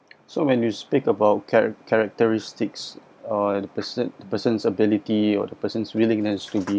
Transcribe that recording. so when you speak about charac~ characteristics or the person the person's ability or the person's willingness to be